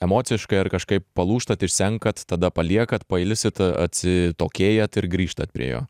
emociškai ar kažkaip palūžtat išsenkat tada paliekat pailsit atsitokėjat ir grįžtat prie jo